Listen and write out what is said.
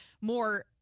more